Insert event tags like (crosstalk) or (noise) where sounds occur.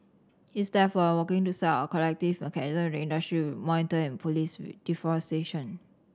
he is therefore working to set up a collective mechanism with the (unintelligible) to monitor and police deforestation